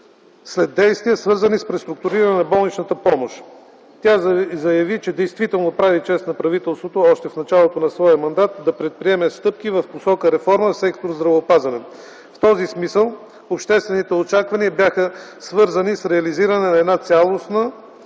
след действия, свързани с преструктуриране на болничната помощ. Тя заяви, че действително прави чест на правителството още в началото на своя мандат да предприеме стъпки в посока реформа в сектор „Здравеопазване”. В този смисъл обществените очаквания бяха свързани с реализиране на една цялостна